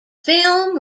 film